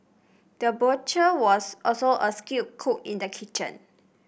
the butcher was also a skilled cook in the kitchen